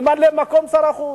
ממלא-מקום שר החוץ.